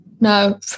No